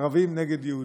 ערבים נגד יהודים,